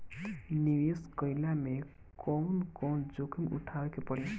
निवेस कईला मे कउन कउन जोखिम उठावे के परि?